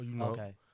Okay